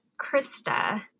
Krista